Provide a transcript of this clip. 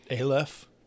Aleph